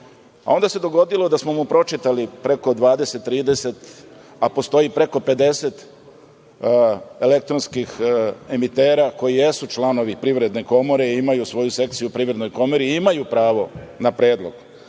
REM.Onda se dogodilo da smo mu pročitali preko 20, 30, a postoji preko 50 elektronskih emitera koji jesu članovi Privredne komore i imaju svoju sekciju u Privrednoj komori i imaju pravo na predlog.